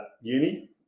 uni